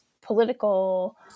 political